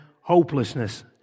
hopelessness